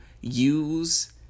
use